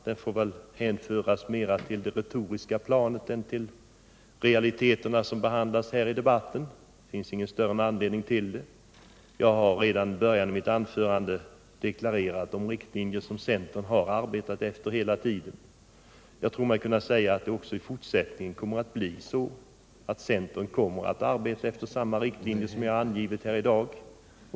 Det får väl mera anses höra till det retoriska planet än till de realiteter som bör behandlas i denna debatt. Det finns ingen större anledning att ta upp det. Jag har redan i början av mitt anförande deklarerat vilka riktlinjer centern har arbetat efter hela tiden. Jag tror mig också kunna säga att det i fortsättningen blir så att regeringen kommer att arbeta efter de riktlinjer som jag angivit här i dag.